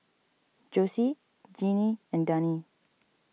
Jossie Genie and Dani